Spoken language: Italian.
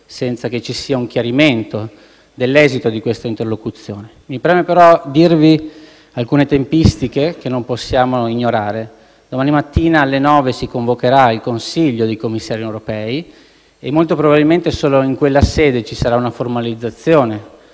senza che ci sia un chiarimento dell'esito di questa interlocuzione. Mi preme però dirvi alcune tempistiche, che non possiamo ignorare. Domani mattina alle 9 si convocherà una riunione dei commissari europei e, molto probabilmente, solo in quella sede ci sarà una formalizzazione